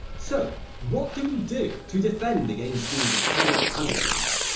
so what do we do to defend against these atomic anarchists?